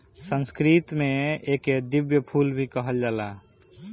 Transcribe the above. संस्कृत में एके दिव्य फूल भी कहल जाला